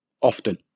Often